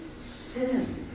sin